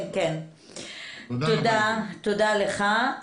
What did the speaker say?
תודה לך.